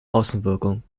außenwirkung